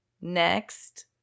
next